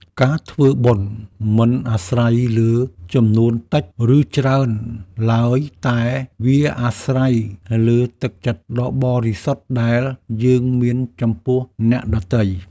ការធ្វើបុណ្យមិនអាស្រ័យលើចំនួនតិច ឬច្រើនឡើយតែវាអាស្រ័យលើទឹកចិត្តដ៏បរិសុទ្ធដែលយើងមានចំពោះអ្នកដទៃ។